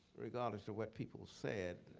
regardless of what people said.